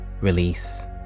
Release